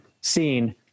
seen